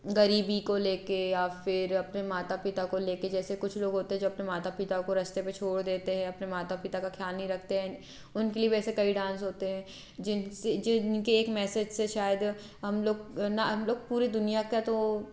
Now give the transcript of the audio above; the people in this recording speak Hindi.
गरीबी को लेके या फिर अपने माता पिता को लेके जैसे कुछ लोग होते हैं जो अपने माता पिता को रस्ते पे छोड़ देते हैं अपने माता पिता का ख़्याल नहीं रखते हैं उनके लिए भी ऐसे कई डांस होते हैं जिनसे जिनके एक मैसेज से शायद हम लोग ना हम लोग पूरी दुनिया का तो